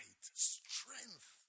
strength